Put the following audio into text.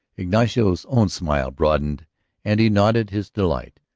ignacio's own smile broadened and he nodded his delight.